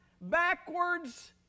backwards